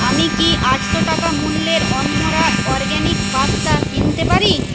আমি কি আটশো টাকা মূল্যের আনমারা অরগ্যানিক পাস্তা কিনতে পারি